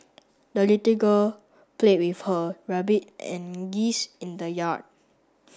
the little girl played with her rabbit and geese in the yard